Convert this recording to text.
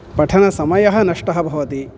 पठनसमयः नष्टः भवति